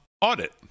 audit